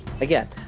Again